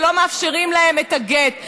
ולא מאפשרים להן את הגט.